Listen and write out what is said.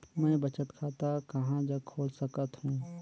मैं बचत खाता कहां जग खोल सकत हों?